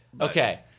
Okay